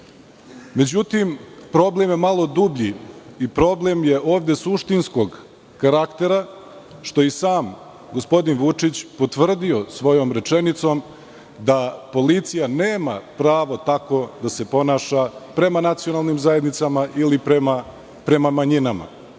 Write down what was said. dešava.Međutim, problem je malo dublji i problem je ovde suštinskog karaktera, što je i sam gospodin Vučić potvrdio svojom rečenicom da policija nema prava da se tako ponaša prema nacionalnim zajednicama ili prema manjinama.